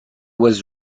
was